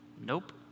nope